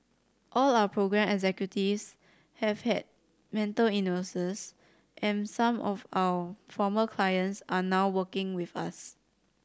all our programme executives have had mental illness and some of our former clients are now working with us